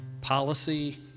Policy